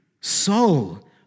soul